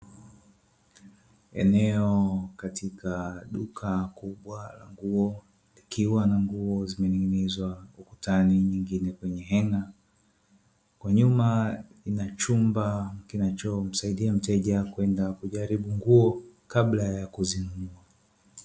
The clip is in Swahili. Eneo katika duka nguo kukiwa na nguo zimening'inizwa ukutani, nyingine kwenye henga kwa nyuma kuna chumba kinachomsadia mteja kwenda kujaribu nguo kabla ya kuzinunua.